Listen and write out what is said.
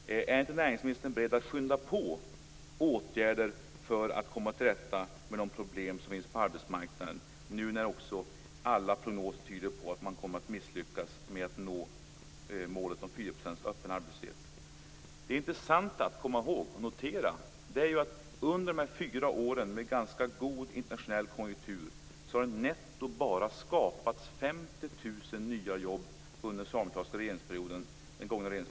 Är inte näringsministern beredd att skynda på åtgärder för att komma till rätta med de problem som finns på arbetsmarknaden, nu när alla prognoser tyder på att man kommer att misslyckas med att nå målet om 4 procents öppen arbetslöshet? Det intressanta att komma ihåg är ju att det under den gångna socialdemokratiska regeringsperioden, fyra år med ganska god internationell konjunktur, bara har skapats 50 000 nya jobb netto.